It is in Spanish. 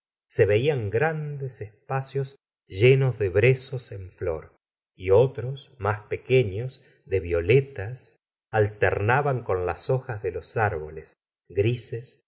se veían grandes espacios llenos de brezos en flor y otros mas pequeños de violetas alternaban con las hojas de los árboles grises